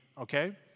okay